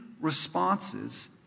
responses